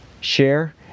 share